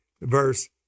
verse